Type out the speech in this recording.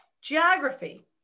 Geography